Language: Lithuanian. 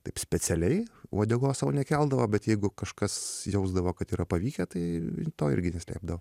taip specialiai uodegos sau nekeldavo bet jeigu kažkas jausdavo kad yra pavykę tai to irgi neslėpdavo